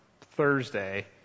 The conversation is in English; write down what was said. thursday